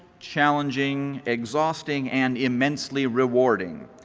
challenging, exhausting, and immensely rewarding.